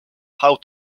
how